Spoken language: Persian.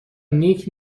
نیک